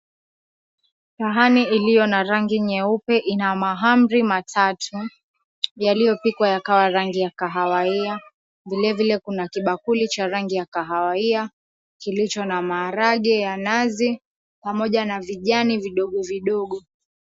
Sahani iliyo na rangi nyeupe ina mahamri matatu yaliyopikwa yakawa rangi ya kahawia, vilevile kuna kibakuli cha rangi ya kahawia, kilicho na maharage ya nazi, pamoja na vijani vidogovidogo.